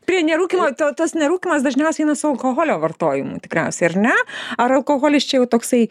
prie nerūkymo to tas nerūkymas dažniausiai eina su alkoholio vartojimu tikriausiai ar ne ar alkoholis čia jau toksai